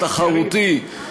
תחרותי,